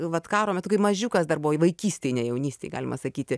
vat karo metu kai mažiukas dar buvo vaikystėj ne jaunystėj galima sakyti